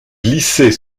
glisser